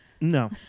no